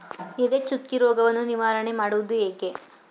ಎಲೆ ಚುಕ್ಕಿ ರೋಗವನ್ನು ನಿವಾರಣೆ ಮಾಡುವುದು ಹೇಗೆ?